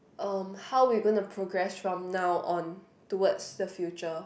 um how we going to progress from now on towards the future